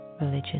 religion